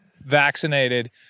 vaccinated